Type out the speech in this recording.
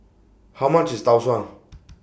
How much IS Tau Suan